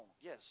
Yes